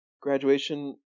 Graduation